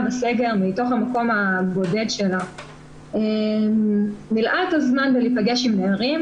בסגר מתוך המקום הבודד שלה מילאה את הזמן בלהיפגש עם נערים,